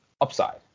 upside